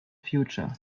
future